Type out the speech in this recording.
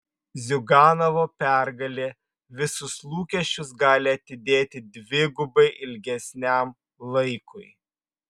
ziuganovo pergalė visus lūkesčius gali atidėti dvigubai ilgesniam laikui